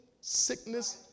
sickness